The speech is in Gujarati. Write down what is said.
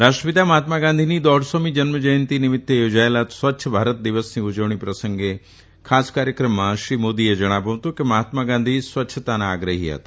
રાષ્ટ્રપિતા મહાત્મા ગાંધીની દોઢસોમી જન્મજ્યંતિ નિમિત્તે યોજાયેલા સ્વચ્છ ભારત દિવસની ઉજવણી પ્રસંગે યોજાયેલા ખાસ કાર્યક્રમમાં શ્રી મોદીએ જણાવ્યું હતું કે મહાત્મા ગાંધી સ્વચ્છતાના આગ્રહી હતા